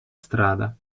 strada